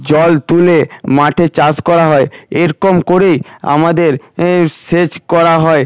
জল তুলে মাঠে চাষ করা হয় এরকম করেই আমাদের এর সেচ করা হয়